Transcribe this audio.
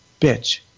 bitch